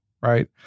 Right